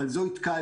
אבל זו התקהלות.